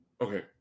okay